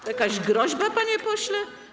To jakaś groźba, panie pośle?